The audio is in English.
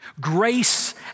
Grace